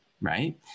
right